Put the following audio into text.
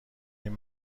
این